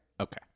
Okay